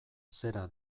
zera